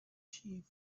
sheep